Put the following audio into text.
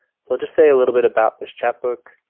so i'll just say a little bit about this chat book.